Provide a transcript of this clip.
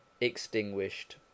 extinguished